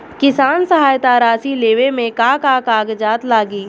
किसान सहायता राशि लेवे में का का कागजात लागी?